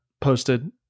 posted